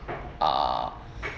uh